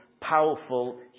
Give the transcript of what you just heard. powerful